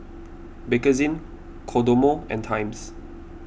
Bakerzin Kodomo and Times